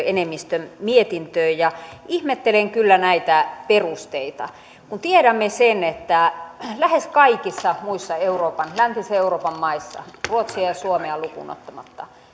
enemmistön mietintöön ja ihmettelen kyllä näitä perusteita kun tiedämme sen että lähes kaikissa muissa läntisen euroopan maissa ruotsia ja suomea lukuun ottamatta